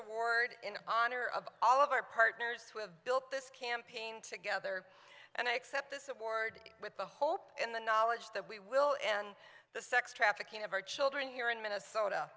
award in honor of all of our partners who have built this campaign together and i accept this award with the hope in the knowledge that we will in the sex trafficking of our children here in minnesota